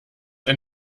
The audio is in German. ein